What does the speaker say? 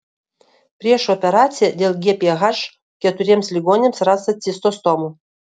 prieš operaciją dėl gph keturiems ligoniams rasta cistostomų